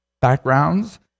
backgrounds